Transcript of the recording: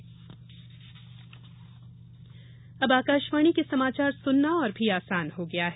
news channel अब आकाशवाणी के समाचार सुनना और भी आसान हो गया है